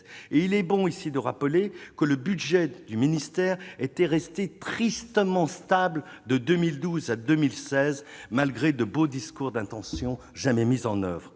Il est bon de rappeler que le budget du ministère était resté tristement stable de 2012 à 2016, malgré de beaux discours d'intention, des discours